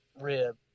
rib